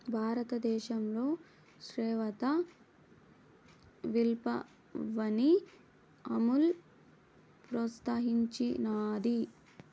భారతదేశంలో శ్వేత విప్లవాన్ని అమూల్ ప్రోత్సహించినాది